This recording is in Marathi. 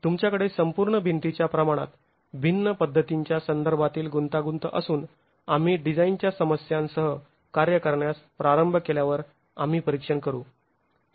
तुमच्याकडे संपूर्ण भिंतीच्या प्रमाणात भिन्न पद्धतींच्या संदर्भातील गुंतागुंत असून आम्ही डिझाईनच्या समस्यांसह कार्य करण्यास प्रारंभ केल्यावर आम्ही परीक्षण करू